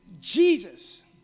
Jesus